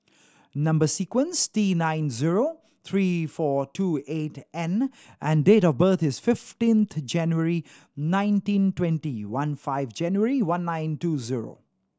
number sequence T nine zero three four two eight N and date of birth is fifteenth January nineteen twenty one five January one nine two zero